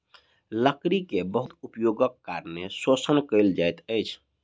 लकड़ी के बहुत उपयोगक कारणें शोषण कयल जाइत अछि